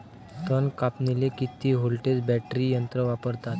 तन कापनीले किती व्होल्टचं बॅटरी यंत्र वापरतात?